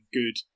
good